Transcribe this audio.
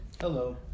Hello